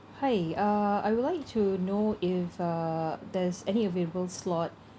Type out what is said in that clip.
hi uh I would like to know if uh there's any available slot